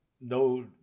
no